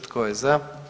Tko je za?